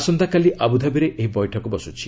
ଆସନ୍ତାକାଲି ଆବୁଧାବିରେ ଏହି ବୈଠକ ବସ୍କୁଛି